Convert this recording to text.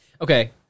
Okay